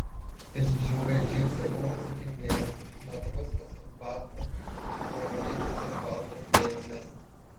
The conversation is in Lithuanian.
išdžiūvę džinsai buvo sukietėję nuo druskos ant batų buvo likusios baltos dėmės